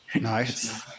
nice